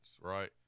right